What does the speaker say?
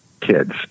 kids